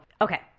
okay